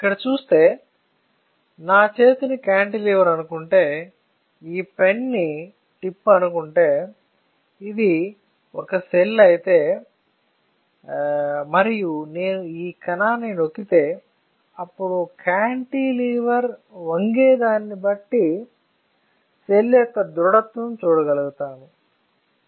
ఇక్కడ చూస్తే నా చేతిని కాంటిలివర్ అనుకుంటే ఈ పెన్ నీ టిప్ అనుకుంటే ఇది ఒక సెల్ అయితే మరియు నేను ఈ కణాన్ని నొక్కితే అప్పుడు కాంటిలివర్ వంగే దాన్ని బట్టి సెల్ యొక్క దృడత్వం చూడగలుగుతాను